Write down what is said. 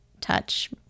touch